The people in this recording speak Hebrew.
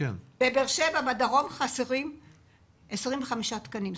בדרום ובבאר שבע חסרים 25 תקנים.